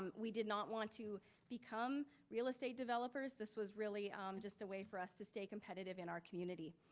we did not want to become real estate developers. this was really um just a way for us to stay competitive in our community.